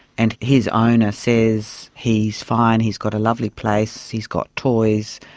and his owner says he's fine, he's got a lovely place, he's got toys,